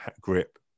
grip